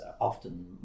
often